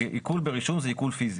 כי עיקול ברישום זה עיקול פיזי.